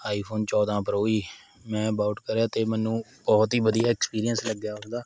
ਆਈ phone ਚੌਦਾਂ pro ਜੀ ਮੈਂ ਬੌਟ ਕਰਿਆ ਅਤੇ ਮੈਨੂੰ ਬਹੁਤ ਹੀ ਵਧੀਆ ਐਕਪੀਰੀਅਂਸ ਲੱਗਿਆ ਉਹਦਾ